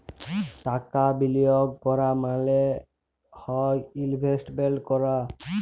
টাকা বিলিয়গ ক্যরা মালে হ্যয় ইলভেস্টমেল্ট ক্যরা